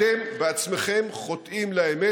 אתם בעצמכם חוטאים לאמת.